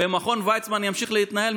מכון ויצמן ימשיך להתנהל,